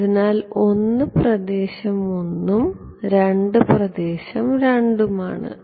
അതിനാൽ 1 പ്രദേശം 1 ഉം 2 പ്രദേശം 2 ഉം ആണ്